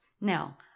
Now